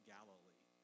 Galilee